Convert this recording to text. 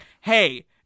hey